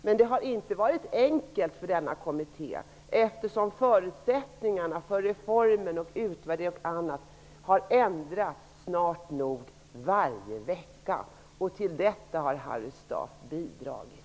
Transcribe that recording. Men denna kommitté har inte haft det enkelt, eftersom förutsättningarna för reformen, utvärderingar och annat har ändrats snart nog varje vecka. Till detta har Harry Staaf bidragit.